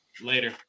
Later